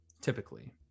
typically